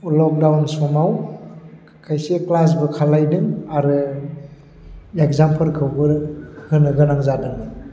lockdown समाव खायसे क्लासबो खालामदों आरो एग्जामफोरखौबो होनो गोनां जादों